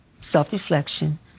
self-reflection